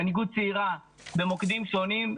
במוקדים שונים,